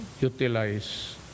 utilize